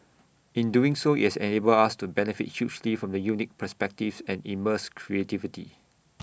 in doing so IT has enabled us to benefit hugely from the unique perspectives and immense creativity